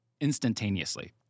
instantaneously